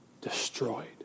destroyed